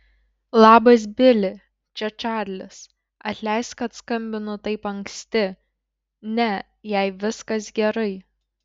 labas bili čia čarlis atleisk kad skambinu taip anksti ne jai viskas gerai